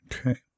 Okay